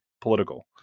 political